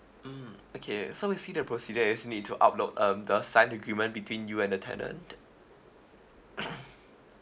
mm okay so we see the procedure is need to upload um the sign agreement between you and the tenant